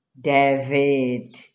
David